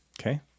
Okay